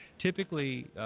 Typically